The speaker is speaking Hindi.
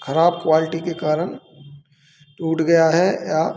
खराब क्वाल्टी के कारण टूट गया है या